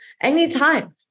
anytime